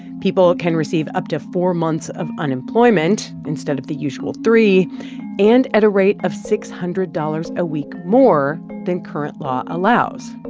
people can receive up to four months of unemployment instead of the usual three and at a rate of six hundred dollars a week more than current law allows.